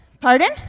pardon